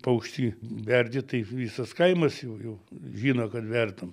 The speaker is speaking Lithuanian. paukštį verdi tai visas kaimas jau jau žino kad verdam